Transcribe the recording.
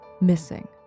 missing